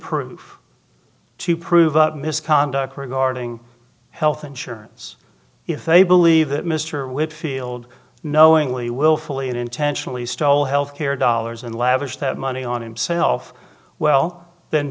proof to prove out misconduct regarding health insurance if they believe that mr wickfield knowingly willfully and intentionally stole health care dollars and lavished that money on himself well then